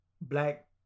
black